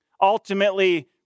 ultimately